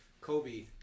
Kobe